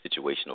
situational